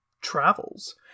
travels